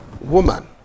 woman